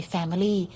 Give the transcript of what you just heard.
Family